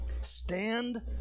Stand